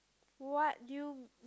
what you